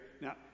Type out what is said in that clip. now